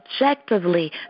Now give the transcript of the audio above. objectively